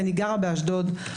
אני גרה באשדוד,